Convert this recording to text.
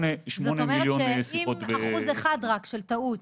זאת אומרת שאם רק אחוז אחד של טעות,